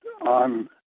on